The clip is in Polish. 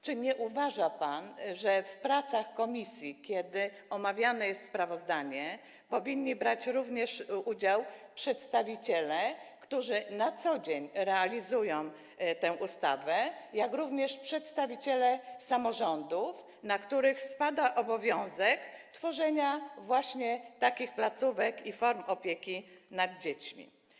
Czy nie uważa pan, że w pracach komisji, kiedy omawiane jest sprawozdanie, powinni brać udział również przedstawiciele, którzy na co dzień realizują tę ustawę, jak również przedstawiciele samorządów, na które spada obowiązek tworzenia właśnie takich placówek i form opieki nad dziećmi?